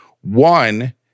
One